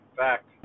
fact